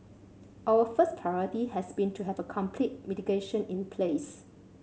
our first priority has been to have a complete mitigation in place